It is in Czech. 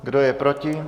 Kdo je proti?